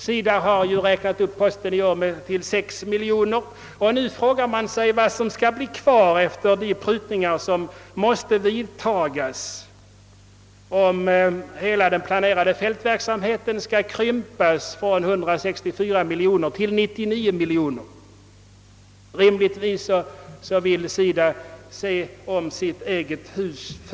SIDA har räknat upp posten i år till 6 miljoner kronor, och nu frågar man sig vad som skall bli kvar efter de prutningar som måste vidtas, om hela den planerade fältverksamheten skall krympas från 164 miljoner kronor till 99 miljoner. Rimligtvis vill SIDA först se om sitt eget hus.